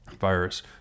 virus